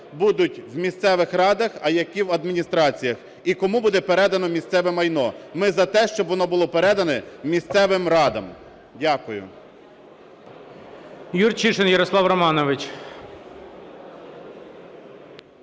будуть в місцевих радах, а які в адміністраціях і кому буде передано місцеве майно. Ми за те, щоб воно було передано місцевим радам. Дякую.